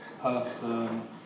person